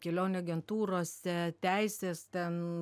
kelionių agentūrose teisės ten